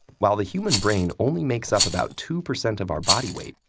while the human brain only makes up about two percent of our body weight,